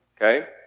Okay